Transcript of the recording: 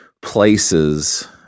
places